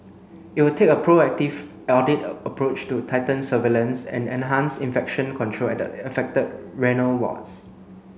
it will take a proactive audit approach to tighten surveillance and enhance infection control at at the affected renal wards